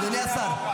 אדוני השר,